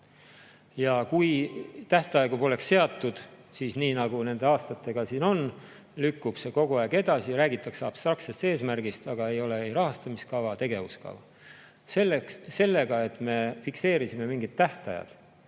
Ja kui tähtaegu poleks seatud, siis nii nagu nende aastatega siin on, lükkub see kogu aeg edasi. Räägitakse abstraktsest eesmärgist, aga ei ole ei rahastamiskava ega tegevuskava. Sellega, et me fikseerisime mingid tähtajad,